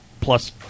Plus